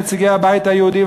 נציגי הבית היהודי,